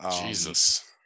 Jesus